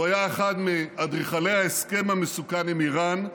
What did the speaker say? הוא היה אחד מאדריכלי ההסכם המסוכן עם איראן,